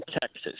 Texas